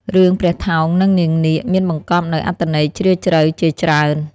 រឿងព្រះថោង និងនាងនាគ មានបង្កបនូវអត្ថន័យជ្រាលជ្រៅជាច្រើន។